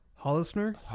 Hollisner